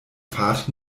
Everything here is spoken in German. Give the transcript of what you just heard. fahrt